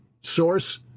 source